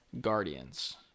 Guardians